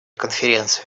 конференции